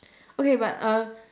okay but uh